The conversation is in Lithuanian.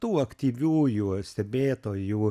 tų aktyviųjų stebėtojų